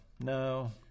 no